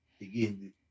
again